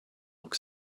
look